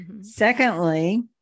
Secondly